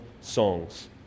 songs